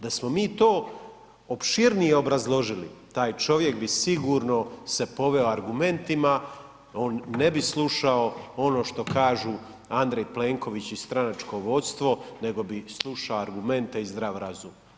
Da smo mi to opširnije obrazložili taj čovjek bi sigurno se poveo argumentima, on ne bi slušao ono što kažu Andrej Plenković i stranačko vodstvo nego bi slušao argumente i zdrav razum.